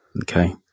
Okay